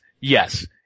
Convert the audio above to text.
yes